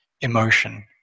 emotion